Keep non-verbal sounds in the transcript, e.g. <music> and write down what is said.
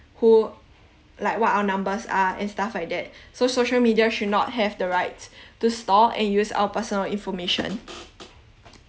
who like what are numbers are and stuff like that <breath> so social media should not have the rights <breath> to store and use our personal information